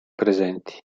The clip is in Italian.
presenti